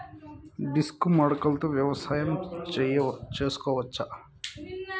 Disc మడకలతో వ్యవసాయం చేసుకోవచ్చా??